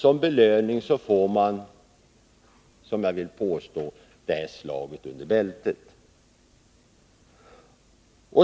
Som belöning får man — som jag vill kalla det — detta slag under bältet.